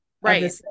right